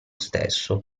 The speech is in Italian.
stesso